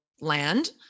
land